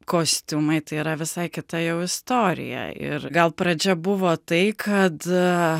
kostiumai tai yra visai kita jau istorija ir gal pradžia buvo tai kad